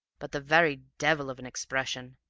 but the very devil of an expression.